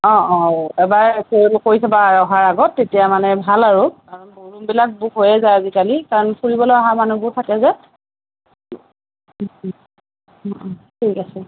অ অ এবাৰ কৰি চাব অহাৰ আগত তেতিয়া মানে ভাল আৰু কাৰণ ৰুমবিলাক বুক হৈয়ে যায় আজিকালি কাৰণ ফুৰিবলৈ অহা মানুহবোৰ থাকে যে ও ও ও ও ঠিক আছে